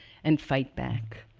and fight back.